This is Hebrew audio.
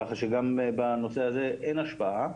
ככה שגם בנושא הזה אין השפעה.